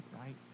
right